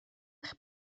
eich